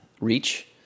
reach